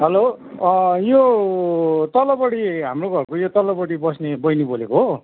hello यो तलपट्टि हाम्रो घरको यो तल्लोपट्टि बस्ने बहिनी बोलेको हो